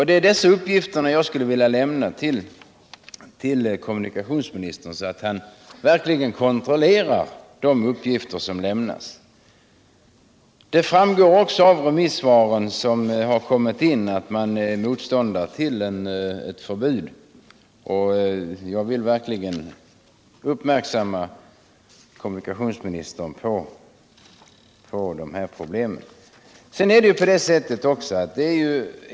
Det är dessa uppgifter jag skulle vilja lämna till kommunikationsministern, så att han verkligen kontrollerar de besked han får. Det framgår också av de remissvar som har kommit in att remissinstanserna är motståndare till ett förbud, och jag vill verkligen göra kommunikationsministern uppmärksam på dessa problem.